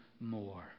more